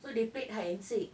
so they played hide and seek